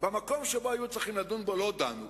במקום שבו היו צריכים לדון בו לא דנו.